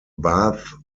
bath